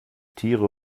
tiere